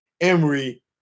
Emery